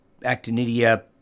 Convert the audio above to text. Actinidia